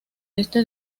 este